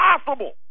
impossible